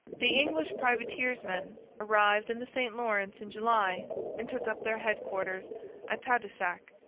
the english privateersmen arrived in the st lawrence in july and took up their headquarters at tadoussac.